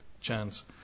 chance